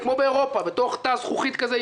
מרגע שיש מסמך חתום של אגף התקציבים,